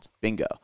Bingo